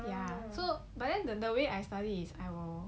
ya so but then the way I study is I will